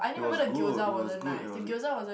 it was good it was good it was